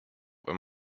were